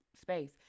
space